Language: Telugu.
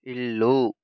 ఇల్లు